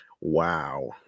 Wow